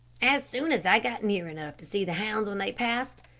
as soon as i got near enough to see the hounds when they passed,